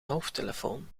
hoofdtelefoon